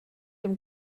dem